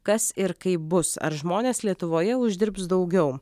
kas ir kaip bus ar žmonės lietuvoje uždirbs daugiau